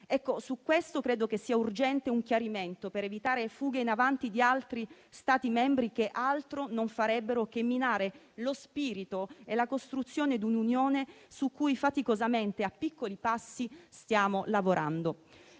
Su questo credo sia urgente un chiarimento, per evitare fughe in avanti di altri Stati membri, che altro non farebbero che minare lo spirito e la costruzione di un'Unione su cui faticosamente, a piccoli passi, stiamo lavorando.